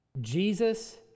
Jesus